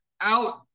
out